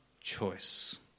choice